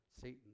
satan